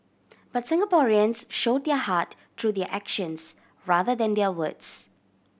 but Singaporeans show their heart through their actions rather than their words